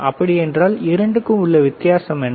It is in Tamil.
அப்படி என்றால் இரண்டுக்கும் உள்ள வித்தியாசம் என்ன